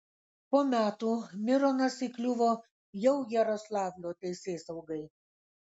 po metų mironas įkliuvo jau jaroslavlio teisėsaugai